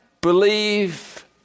believe